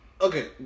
Okay